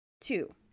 Two